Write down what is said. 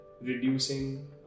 reducing